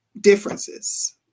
differences